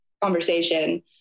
conversation